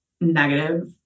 negative